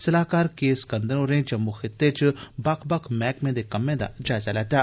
सलाहकार के स्कंधन होरें जम्मू खित्ते च बक्ख बक्ख महकमे दे कम्में दा जायज़ा लैता ऐ